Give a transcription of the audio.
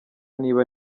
niba